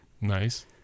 nice